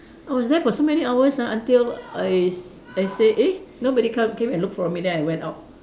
I was there for so many hours ah until I s~ I say eh nobody come came and look for me then I went out